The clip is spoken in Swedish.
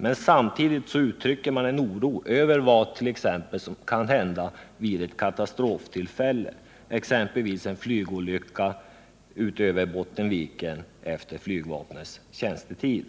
Men samtidigt uttrycker man en oro över vad som kan hända vid ett katastroftillfälle, såsom vid en olycka över Bottenviken efter flygvapnets tjänstetid.